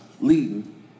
leading